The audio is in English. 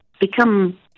become